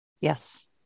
Yes